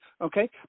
okay